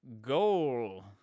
Goal